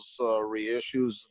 reissues